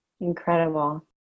Incredible